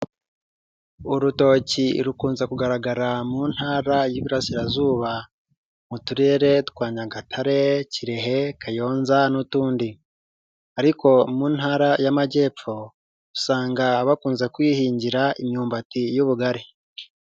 Urutoki rukunze kugaragara mu ntara y'Iburasirazuba mu turere twa Nyagatare, Kirehe, Kayonza n'utundi, ariko mu ntara y'Amajyepfo usanga bakunze kwihingira imyumbati y'ubugari.